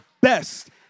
best